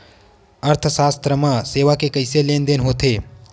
अर्थशास्त्र मा सेवा के कइसे लेनदेन होथे?